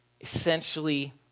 essentially